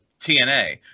TNA